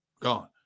gone